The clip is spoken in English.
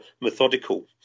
methodical